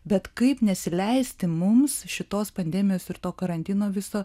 bet kaip nesileisti mums šitos pandemijos ir to karantino viso